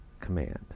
command